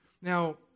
Now